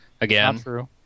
again